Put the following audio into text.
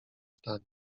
zdanie